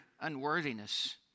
unworthiness